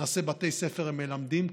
נעשה בתי ספר מלמדים,